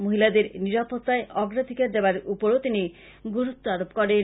মহিলাদের নিরাপত্তার অগ্রাধীকার দেবার ওপর তিনি গুরুত্ব আরোপ করেন